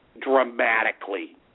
dramatically